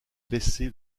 baissé